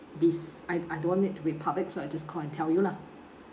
be s~ I I don't want it to be public so I just call and tell you lah